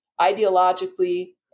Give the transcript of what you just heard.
ideologically